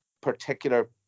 particular